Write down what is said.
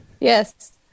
Yes